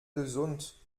gesund